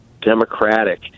Democratic